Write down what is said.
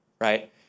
right